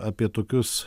apie tokius